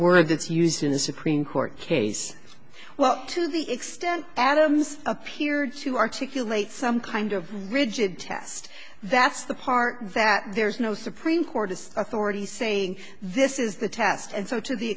word that's used in a supreme court case well to the extent adams appeared to articulate some kind of rigid test that's the part that there is no supreme court as authority saying this is the test and so to the